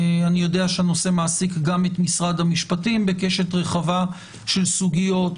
אני יודע שהנושא מעסיק גם את משרד המשפטים בקשת רחבה של סוגיות,